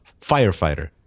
firefighter